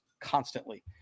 constantly